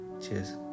Cheers